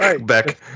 back